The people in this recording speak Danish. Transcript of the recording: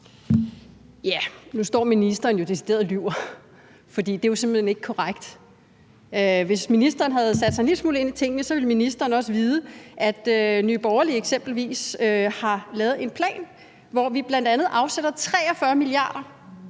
Nu står ministeren jo decideret og lyver, for det er simpelt hen ikke korrekt. Hvis ministeren havde sat sig en lille smule ind i tingene, ville ministeren også vide, at Nye Borgerlige eksempelvis har lavet en plan, hvor vi bl.a. afsætter 43 mia. kr.